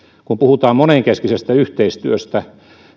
kun puhutaan monenkeskisestä yhteistyöstä